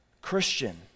Christian